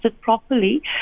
properly